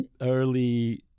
early